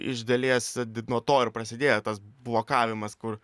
iš dalies nuo to ir prasidėjo tas blokavimas kur